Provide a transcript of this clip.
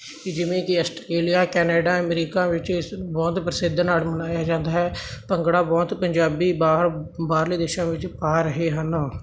ਕਿ ਜਿਵੇਂ Australia Canada America ਵਿੱਚ ਇਹ ਬਹੁਤ ਪ੍ਰਸਿੱਧ ਨਾਲ ਮਨਾਇਆ ਜਾਂਦਾ ਹੈ ਭੰਗੜਾ ਬਹੁਤ ਪੰਜਾਬੀ ਬਾਹਰ ਬਾਹਰਲੇ ਦੇਸ਼ਾਂ ਵਿੱਚ ਪਾ ਰਹੇ ਹਨ